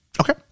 Okay